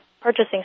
purchasing